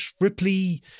Ripley